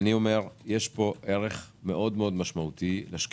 יש ערך מאוד מאוד משמעותי לשקיפות,